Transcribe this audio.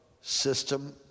system